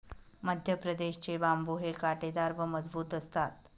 मध्यप्रदेश चे बांबु हे काटेदार व मजबूत असतात